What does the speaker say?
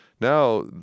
now